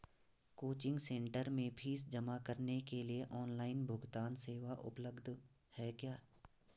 Coaching centre में fees जमा करने के लिए ऑनलाइन भुगतान सेवा उपलब्ध है क्या?